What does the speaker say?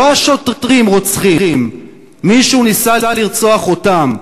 לא השוטרים רוצחים, מישהו ניסה לרצוח אותם.